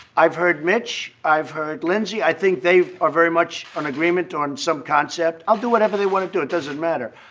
i've heard mitch. i've heard lindsey. i think they are very much on agreement on some concept. i'll do whatever they want to do. it doesn't matter.